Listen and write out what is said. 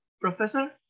professor